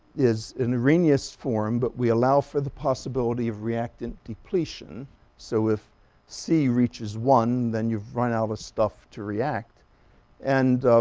is an arrhenius form but we allow for the possibility of reactant depletion so if c reaches one then you've run out of stuff to react and